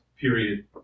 period